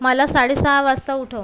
मला साडेसहा वाजता उठव